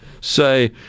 say